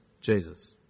Jesus